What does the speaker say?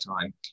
time